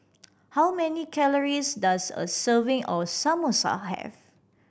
how many calories does a serving of Samosa have